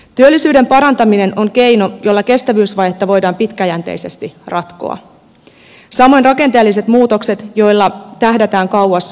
työllisyyden parantaminen on keino jolla kestävyysvajetta voidaan pitkäjänteisesti ratkoa samoin rakenteelliset muutokset joilla tähdätään kauas tulevaisuuteen